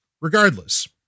regardless